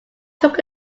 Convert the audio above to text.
took